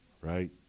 right